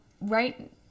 Right